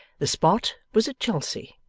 the spot was at chelsea,